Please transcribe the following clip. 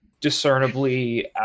discernibly